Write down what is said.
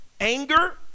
anger